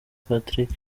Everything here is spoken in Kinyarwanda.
patrick